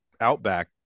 Outback